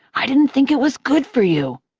i didn't think it was good for you.